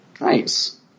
Nice